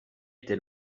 été